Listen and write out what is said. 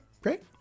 great